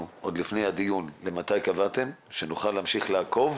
עוד לפני הדיון למתי קבעתם כדי שנוכל להמשיך לעקוב